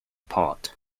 pot